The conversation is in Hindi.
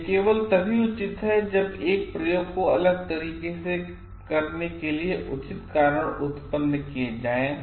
यह केवल तभी उचित है जब एक ही प्रयोगकोअलग तरीके सेकरने के लिए उचित कारण उत्पन्न किए जाएं